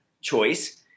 choice